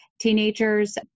teenagers